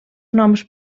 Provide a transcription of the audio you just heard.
noms